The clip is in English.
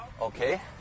Okay